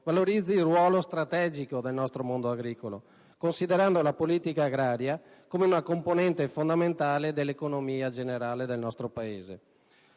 valorizzi il ruolo strategico del nostro mondo agricolo, considerando la politica agraria come una componente fondamentale dell'economia generale del nostro Paese.